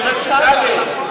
ברשת א'.